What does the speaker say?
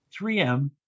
3M